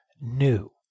new